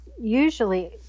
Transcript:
usually